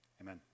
Amen